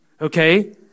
okay